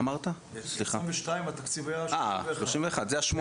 מעל ה-31?